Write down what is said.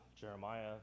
Jeremiah